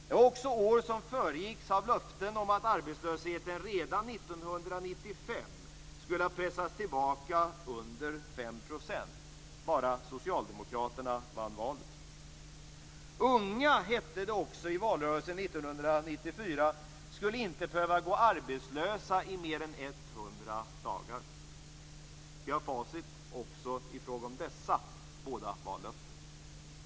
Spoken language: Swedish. Det var också år som föregicks av löften om att arbetslösheten redan 1995 skulle ha pressats tillbaka under 5 %, om bara Socialdemokraterna vann valet. Unga, hette det också i valrörelsen 1994, skulle inte behöva gå arbetslösa i mer än 100 dagar. Vi har facit också i fråga om dessa båda vallöften.